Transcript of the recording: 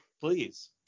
please